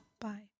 Bye